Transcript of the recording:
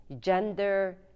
gender